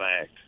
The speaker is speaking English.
Act